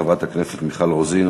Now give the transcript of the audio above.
חברת הכנסת מיכל רוזין,